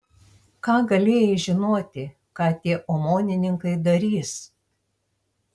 ką galėjai žinoti ką tie omonininkai darys